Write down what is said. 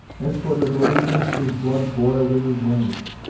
as for the delinquent, his blood boiled in his veins,